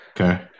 Okay